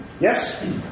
Yes